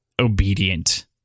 obedient